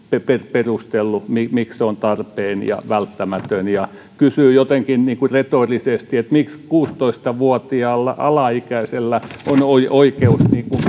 perustellut miksi se on tarpeen ja välttämätön ja kysyy jotenkin retorisesti että miksi kuusitoista vuotiaalla alaikäisellä on oikeus